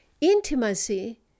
Intimacy